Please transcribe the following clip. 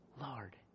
Lord